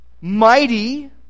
mighty